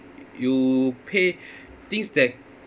you pay things that